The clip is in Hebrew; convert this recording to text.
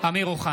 (קורא בשמות חברי הכנסת) אמיר אוחנה,